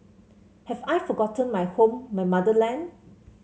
have I forgotten my home my motherland